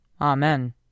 Amen